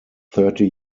thirty